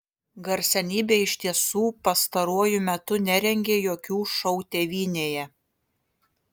garsenybė iš tiesų pastaruoju metu nerengė jokių šou tėvynėje